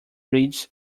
bridges